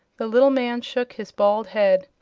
the little man shook his bald head.